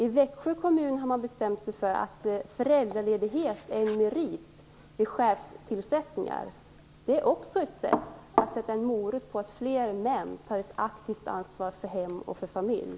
I Växjö kommun har man bestämt sig för att föräldraledighet är en merit vid chefstillsättningar. Det är också ett sätt att ge en morot för att fler män skall ta ett aktivt ansvar för hem och familj.